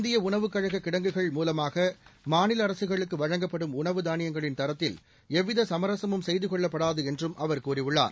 இந்திய உணவுக்கழக கிடங்குகள் மூலமாக மாநில அரசுகளுக்கு வழங்கப்படும் உணவு தானியங்களின் தரத்தில் எந்தவித சுமரசமும் செய்து கொள்ளப்படாது என்றும் அவர் கூறியுள்ளார்